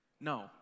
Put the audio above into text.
No